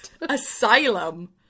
asylum